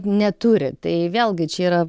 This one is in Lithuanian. neturi tai vėlgi čia yra